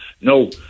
No